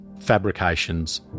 fabrications